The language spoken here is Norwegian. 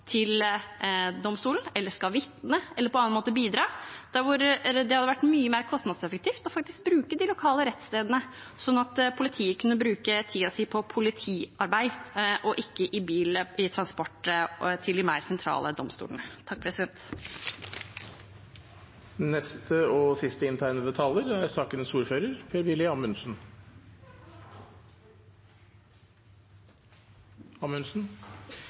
til domstolen, som skal vitne eller på annen måte bidra. Det hadde vært mye mer kostnadseffektivt faktisk å bruke de lokale rettsstedene, sånn at politiet kunne brukt tiden sin på politiarbeid, ikke i bil i transport til de mer sentrale domstolene. Jeg ville egentlig bare takke komiteen for en god og